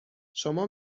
شما